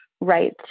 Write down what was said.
right